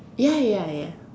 ya ya ya